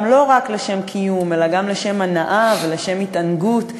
לא רק לשם קיום אלא גם לשם הנאה ולשם התענגות,